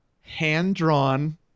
hand-drawn